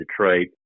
Detroit